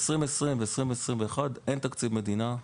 ב-2020 ו-2021 אין תקציב מדינה,